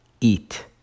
eat